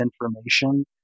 information